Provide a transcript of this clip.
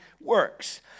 works